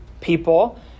people